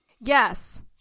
Yes